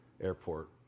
Airport